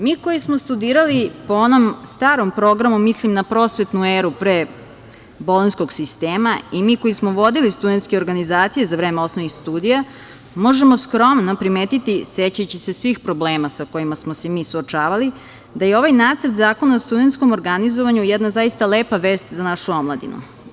Mi koji smo studirali po onom starom programu, mislim na prosvetnu eru pre bolonjskog sistema, i mi koji smo vodili studentske organizacije za vreme osnovnih studija možemo skromno primetiti, sećajući se svih problema sa kojima smo se mi suočavali, da ovaj nacrt zakona o studentskom organizovanju jedna zaista lepa vest za našu omladinu.